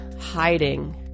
hiding